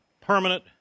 permanent